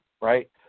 Right